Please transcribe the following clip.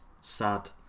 Sad